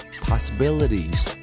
possibilities